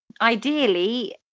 Ideally